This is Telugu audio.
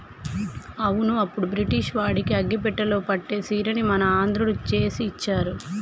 అవును అప్పుడు బ్రిటిష్ వాడికి అగ్గిపెట్టెలో పట్టే సీరని మన ఆంధ్రుడు చేసి ఇచ్చారు